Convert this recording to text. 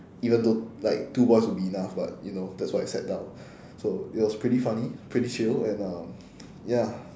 even though like two boys would be enough but you know that's why I sat down so it was pretty funny pretty chill and uh ya